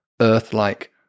Earth-like